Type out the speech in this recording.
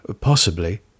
possibly